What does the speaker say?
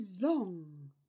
long